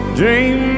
dream